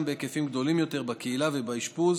בהיקפים גדולים יותר בקהילה ובאשפוז,